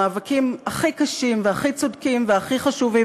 המאבקים הכי קשים והכי צודקים והכי חשובים